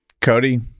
Cody